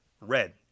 Red